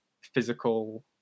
physical